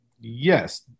Yes